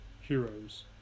Heroes